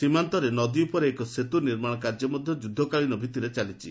ସୀମାନ୍ତରେ ନଦୀ ଉପରେ ଏକ ସେତୁ ନିର୍ମାଣ କାର୍ଯ୍ୟ ମଧ୍ୟ ଯୁଦ୍ଧକାଳୀନ ଭିତ୍ତିରେ ଚାଲିଛି